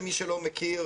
למי שלא מכיר,